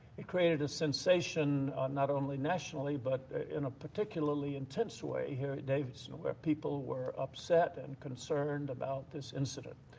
it created a sensation not only nationally but in a particularly intense way here at davidson, where people were upset and concerned about this incident.